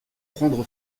prendre